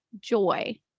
joy